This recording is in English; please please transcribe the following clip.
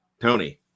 Tony